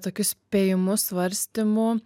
tokius spėjimu svarstymu